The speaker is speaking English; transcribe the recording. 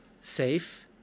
safe